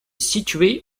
situé